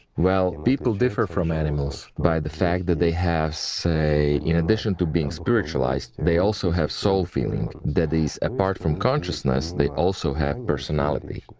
well, people are different from animals by the fact that they have, say, in addition to being spiritualized, they also have soul-filling, that is, apart from consciousness, they also have personality,